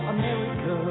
America